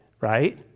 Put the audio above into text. right